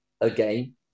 again